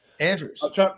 Andrews